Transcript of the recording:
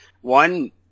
One